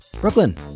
Brooklyn